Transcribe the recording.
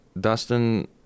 Dustin